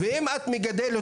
ואנחנו נמשיך לשבת ולפתור את